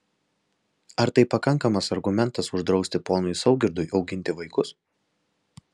ar tai pakankamas argumentas uždrausti ponui saugirdui auginti vaikus